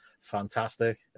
fantastic